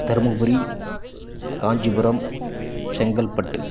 Dharmapuri Kanchipuram Chengalpattu